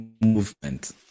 movement